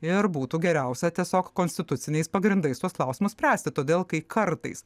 ir būtų geriausia tiesiog konstituciniais pagrindais tuos klausimus spręsti todėl kai kartais